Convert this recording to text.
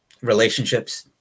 relationships